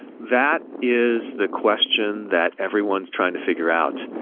that is the question that everyone's trying to figure out.